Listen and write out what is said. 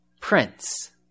Prince